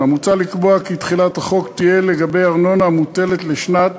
5. מוצע לקבוע כי תחילת החוק תהיה לגבי ארנונה המוטלת לשנת